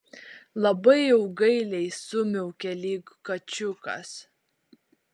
labai jau gailiai sumiaukė lyg kačiukas